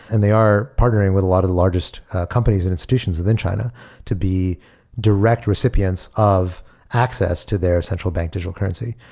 and they are partnering with a lot of the largest companies and institutions within china to be direct recipients of access to their central bank digital currency.